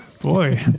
boy